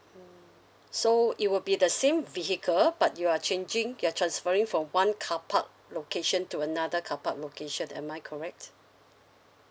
mm so it will be the same vehicle but you are changing you're transferring from one car park location to another car park location am I correct